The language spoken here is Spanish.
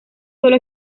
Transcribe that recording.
sólo